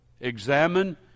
examine